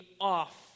off